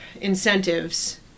incentives